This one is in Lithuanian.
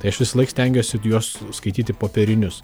tai aš visąlaik stengiuosi juos skaityti popierinius